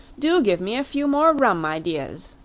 do give me a few more rum ideas,